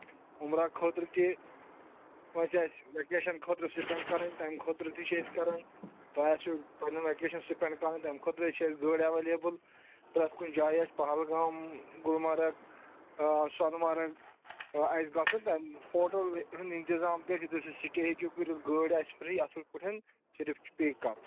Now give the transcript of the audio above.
عُمرا خٲطرٕ تہِ کٲنسہِ آسہِ وکیشَن خٲطرٕ سِپینٛڈ کَرٕنۍ تَمہِ خٲطرٕ تہِ چھِ أسۍ کران تۄہہِ آسیو پَنٕنۍ وکیشَن سُپینٛڈ کَرٕنۍ تَمہِ خٲطرٕ چھِ اَسہِ گٲڑۍ ایویلیبٕل پرٮ۪تھ کُنہِ جایہِ آسہِ پہلگام گُلمرگ سۄنہٕ مَرٕگ آسہِ گژھُن تَمہِ ہوٹل ہُند اِنتِظام تہِ اَسہِ ییٚتہِ سُہ تہِ ہیٚکِو کٔرِتھ گٲڑۍ آسہِ فری اَصٕل پٲٹھۍ صرف چھُ پے کَرُن